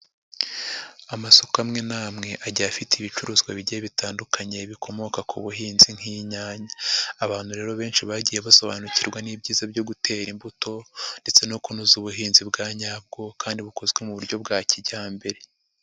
Amasoko amwe n'amwe agiye afite ibicuruzwa bigiye bitandukanye bikomoka ku buhinzi nk'inyanya. Abantu rero benshi bagiye basobanukirwa n'ibyiza byo gutera imbuto ndetse no kunoza ubuhinzi bwa nyabwo kandi bukozwe mu buryo bwa kijyambere.